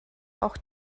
auch